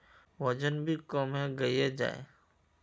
वजन भी कम है गहिये जाय है?